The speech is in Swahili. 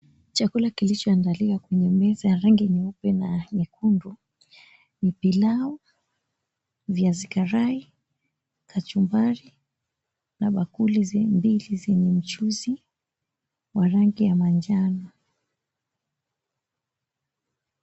Chakula kilichoandaliwa kwenye meza ya rangi nyeupe na nyekundu ni pilau, viazi karai, kachumbari na bakuli mbili zenye mchuzi wa rangi ya manjano.